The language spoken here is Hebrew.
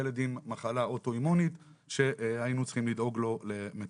ילד עם מחלה אוטואימונית שהיינו צריכים לדאוג לו למטפלת.